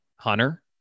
Hunter